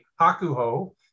Hakuho